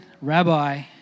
rabbi